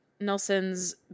nelson's